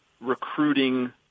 recruiting